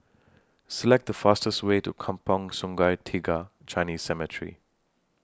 Select The fastest Way to Kampong Sungai Tiga Chinese Cemetery